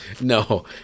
No